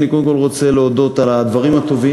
אני קודם כול רוצה להודות על כל הדברים הטובים,